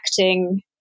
acting